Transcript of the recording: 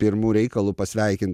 pirmu reikalu pasveikint